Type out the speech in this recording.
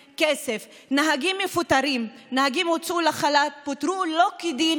נהגים מפוטרים, נהגים הוצאו לחל"ת ופוטרו לא כדין